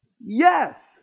Yes